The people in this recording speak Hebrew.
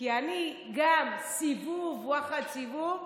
כי אני גם סיבוב, ואחד סיבוב,